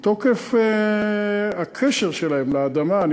מתוקף הקשר שלהם לאדמה.